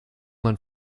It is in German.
man